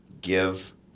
give